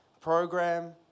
program